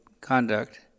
conduct